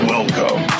Welcome